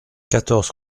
quatorze